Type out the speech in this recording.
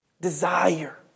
desire